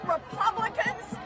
Republicans